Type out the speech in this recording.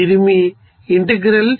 ఇది మీ ఇంటెగ్రల్స్